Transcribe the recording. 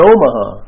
Omaha